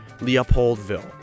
Leopoldville